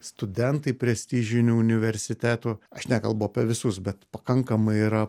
studentai prestižinių universitetų aš nekalbu apie visus bet pakankamai yra